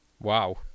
Wow